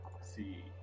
see